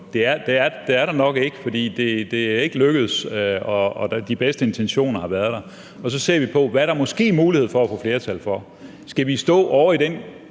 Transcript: Det er der nok ikke, for det er ikke lykkedes, selv om de bedste intentioner har været der. Så kan vi se på, hvad der måske er mulighed for at få flertal for. Skal vi stå ovre i den